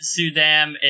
Sudam